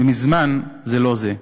מזמן מזמן זה לא זה.